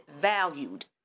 valued